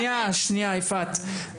שניה יפעת.